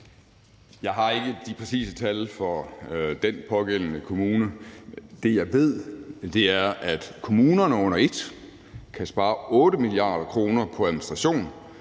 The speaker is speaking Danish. Jeg har ikke de præcise tal fra den pågældende kommune. Det, jeg ved, er, at kommunerne under et kan spare 8 mia. kr. på administration,